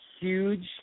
huge